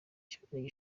cyonyine